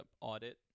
audit